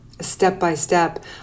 step-by-step